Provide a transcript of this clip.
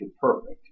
perfect